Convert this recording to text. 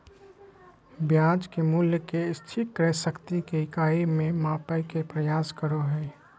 ब्याज के मूल्य के स्थिर क्रय शक्ति के इकाई में मापय के प्रयास करो हइ